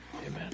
Amen